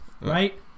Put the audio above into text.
right